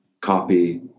copy